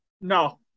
No